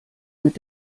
mit